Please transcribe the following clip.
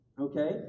okay